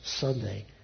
Sunday